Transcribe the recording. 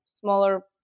smaller